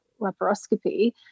laparoscopy